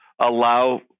allow